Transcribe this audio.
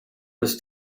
was